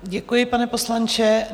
Děkuji, pane poslanče.